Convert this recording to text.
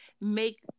make